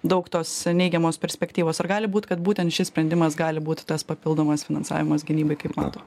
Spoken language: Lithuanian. daug tos neigiamos perspektyvos ar gali būt kad būtent šis sprendimas gali būti tas papildomas finansavimas gynybai kaip mato